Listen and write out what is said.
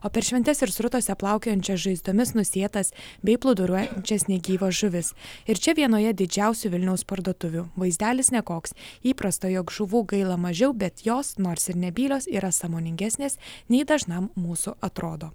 o per šventes ir srutose plaukiojančias žaizdomis nusėtas bei plūduriuojančias negyvas žuvis ir čia vienoje didžiausių vilniaus parduotuvių vaizdelis nekoks įprasta jog žuvų gaila mažiau bet jos nors ir nebylios yra sąmoningesnės nei dažnam mūsų atrodo